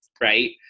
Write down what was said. Right